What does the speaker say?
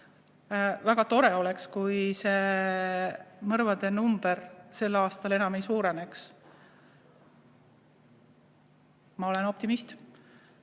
Väga tore oleks, kui mõrvade number sel aastal enam ei suureneks. Ma olen optimist.